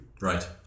right